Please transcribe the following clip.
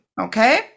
Okay